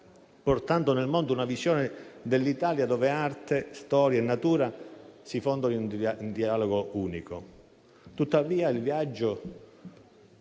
portando nel mondo una visione dell'Italia in cui arte, storia e natura si fondono in un dialogo unico.